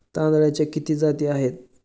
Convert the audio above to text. तांदळाच्या किती जाती आहेत?